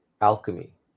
alchemy